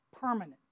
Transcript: permanent